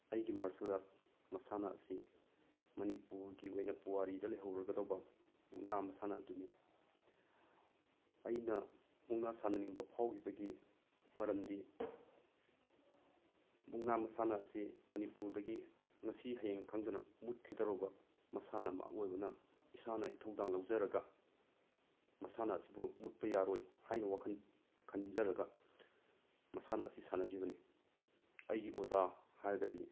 ꯑꯩꯒꯤ martial art ꯃꯁꯥꯟꯅ ꯑꯁꯤ ꯃꯅꯤꯄꯨꯔꯒꯤ ꯑꯣꯏꯅ ꯄꯨꯋꯥꯔꯤꯗ ꯂꯩꯍꯧꯔꯒꯗꯕ ꯃꯨꯛꯅꯥ ꯃꯁꯥꯟꯅ ꯑꯗꯨꯅꯤ ꯑꯩꯅ ꯃꯨꯛꯅꯥ ꯁꯥꯟꯅꯅꯤꯡꯕ ꯐꯥꯎꯈꯤꯕꯒꯤ ꯃꯔꯝꯗꯤ ꯃꯨꯛꯅꯥ ꯃꯁꯥꯟꯅ ꯑꯁꯤ ꯃꯅꯤꯄꯨꯔꯗꯒꯤ ꯉꯁꯤ ꯍꯌꯦꯡ ꯈꯪꯗꯅ ꯃꯨꯠꯈꯤꯗꯧꯔꯕ ꯃꯁꯥꯟꯅ ꯑꯃ ꯑꯣꯏꯕꯅ ꯏꯁꯥꯅ ꯏꯊꯧꯗꯥꯡ ꯂꯧꯖꯔꯒ ꯃꯁꯥꯟꯅ ꯑꯁꯤꯕꯨ ꯃꯨꯠꯄ ꯌꯥꯔꯣꯏ ꯍꯥꯏꯅ ꯋꯥꯈꯜ ꯈꯟꯖꯔꯒ ꯃꯁꯥꯟꯅ ꯑꯁꯤ ꯁꯥꯟꯅꯈꯤꯕꯅꯤ ꯑꯩꯒꯤ ꯑꯣꯖꯥ ꯍꯥꯏꯔꯒꯗꯤ